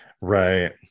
Right